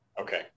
Okay